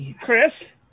Chris